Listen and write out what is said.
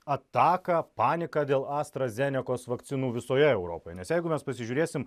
ataką paniką dėl astra zenkosa vakcinų visoje europoje nes jeigu mes pasižiūrėsim